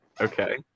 okay